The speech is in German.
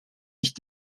ich